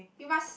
you must